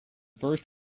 first